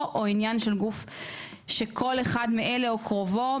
או עניין של גוף שכל אחד מאלה או קרובו,